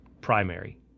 primary